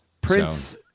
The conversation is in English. Prince